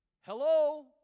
Hello